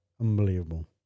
unbelievable